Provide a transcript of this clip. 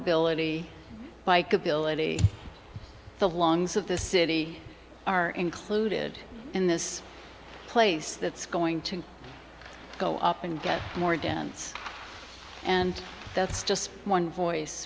ability bikeability the longs of the city are included in this place that's going to go up and get more dense and that's just one voice